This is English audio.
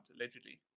allegedly